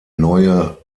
neue